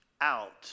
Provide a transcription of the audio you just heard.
out